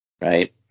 right